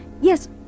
Yes